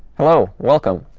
hello. welcome.